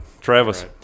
Travis